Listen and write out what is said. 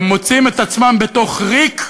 מוצאים את עצמם בתוך ריק,